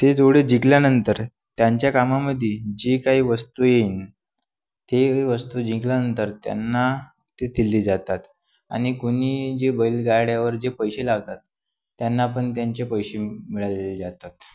ते जोडे जिंकल्यानंतर त्यांच्या कामामध्ये जे काही वस्तू येईल ते वस्तू जिंकल्यानंतर त्यांना ते दिली जातात आणि कोणी जे बैलगाड्यावर जे पैसे लावतात त्यांना पण त्यांचे पैसे मिळालेले जातात